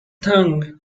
tongue